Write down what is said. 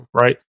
right